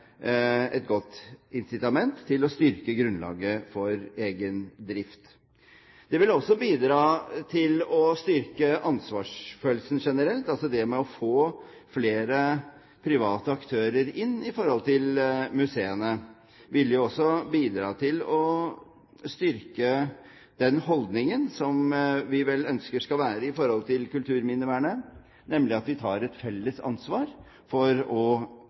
et godt incitament til å styrke grunnlaget for egen drift. Det ville også bidra til å styrke ansvarsfølelsen generelt, det å få flere private aktører inn i museene ville jo også bidra til å styrke den holdningen som vi vel ønsker skal være til kulturminnevernet, nemlig at vi tar et felles ansvar for å